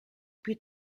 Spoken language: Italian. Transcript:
più